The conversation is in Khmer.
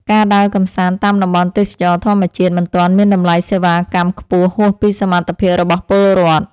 ការដើរកម្សាន្តតាមតំបន់ទេសចរណ៍ធម្មជាតិមិនទាន់មានតម្លៃសេវាកម្មខ្ពស់ហួសពីសមត្ថភាពរបស់ពលរដ្ឋ។